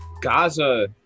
Gaza